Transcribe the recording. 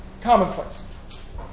commonplace